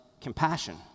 compassion